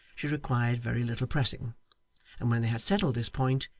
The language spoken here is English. she required very little pressing and when they had settled this point,